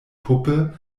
puppe